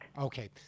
Okay